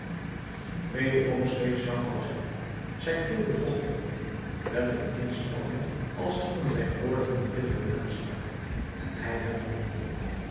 wederom zweeg jean valjean zijn keel bevochtigende met een inspanning als hadden zijn woorden een bitteren nasmaak en hij